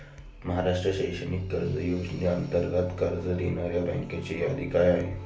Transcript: महाराष्ट्र शैक्षणिक कर्ज योजनेअंतर्गत कर्ज देणाऱ्या बँकांची यादी काय आहे?